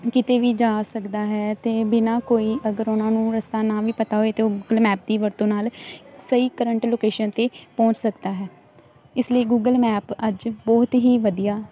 ਕਿਤੇ ਵੀ ਜਾ ਸਕਦਾ ਹੈ ਅਤੇ ਬਿਨ੍ਹਾਂ ਕੋਈ ਅਗਰ ਉਹਨਾਂ ਨੂੰ ਰਸਤਾ ਨਾ ਵੀ ਪਤਾ ਹੋਵੇ ਤਾਂ ਉਹ ਮੈਪ ਦੀ ਵਰਤੋਂ ਨਾਲ ਸਹੀ ਕਰੰਟ ਲੋਕੇਸ਼ਨ 'ਤੇ ਪਹੁੰਚ ਸਕਦਾ ਹੈ ਇਸ ਲਈ ਗੂਗਲ ਮੈਪ ਅੱਜ ਬਹੁਤ ਹੀ ਵਧੀਆ